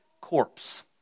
corpse